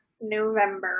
November